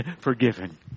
forgiven